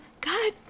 God